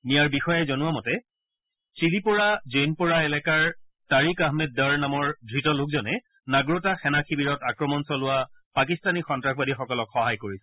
নিয়াৰ বিষয়াই জনোৱা মতে চিলিপ'ৰা জৈনপ'ৰা এলেকাৰ তাৰিক আহমেদ দৰ নামৰ ধৃত লোকজনে নাগ্ৰোতা সেনা শিবিৰত আক্ৰমণ চলোৱা পাকিস্তানী সন্নাসবাদীসকলক সহায় কৰিছিল